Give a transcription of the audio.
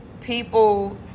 people